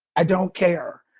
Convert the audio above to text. i don't care.